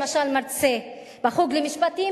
למשל מרצה בחוג למשפטים,